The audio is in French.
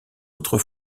autre